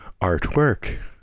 artwork